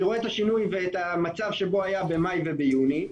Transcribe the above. אני רואה את השינוי ואת המצב שהוא היה במאי וביוני,